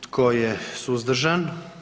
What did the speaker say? Tko je suzdržan?